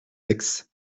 aix